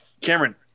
Cameron